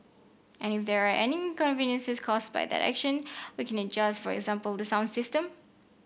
and if there are any inconveniences caused by that action we can adjust for example the sound system